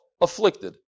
afflicted